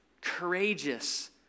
courageous